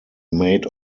made